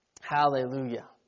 Hallelujah